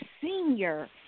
senior